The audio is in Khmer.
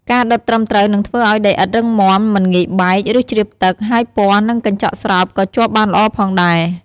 ការដុតត្រឹមត្រូវនឹងធ្វើឲ្យដីឥដ្ឋរឹងមាំ មិនងាយបែក ឬជ្រាបទឹក ហើយពណ៌ និងកញ្ចក់ស្រោបក៏ជាប់បានល្អផងដែរ។